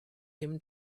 him